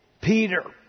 Peter